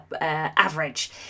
average